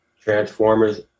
Transformers